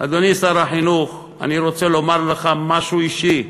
אדוני שר החינוך, אני רוצה לומר לך משהו אישי.